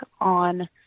on